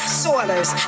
soilers